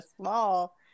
small